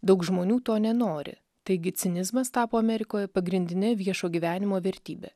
daug žmonių to nenori taigi cinizmas tapo amerikoje pagrindine viešo gyvenimo vertybe